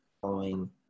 following